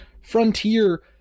Frontier